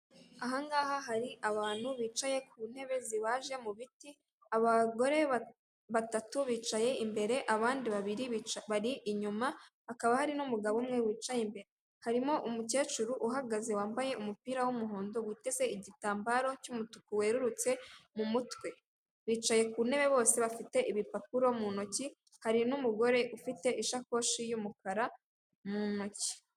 Ahangaha hari abantu bicaye ku ntebe zibaje mu biti, abagore batatu bicaye imbere abandi babiri bi bari inyuma hakaba hari n'umugabo umwe wicaye imbere. Harimo umukecuru uhagaze wambaye umupira w'umuhondo witeze igitambaro cy'umutuku werurutse mu mutwe. Bicaye ku ntebe bose bafite ibipapuro mu ntoki hari n'umugore ufite isakoshi y'umukara mu ntoki.